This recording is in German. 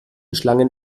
schlangen